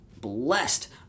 blessed